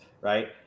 right